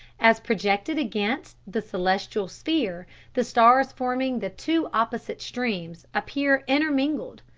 as projected against the celestial sphere the stars forming the two opposite streams appear intermingled,